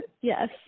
Yes